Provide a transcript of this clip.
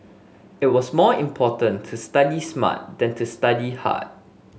it was more important to study smart than to study hard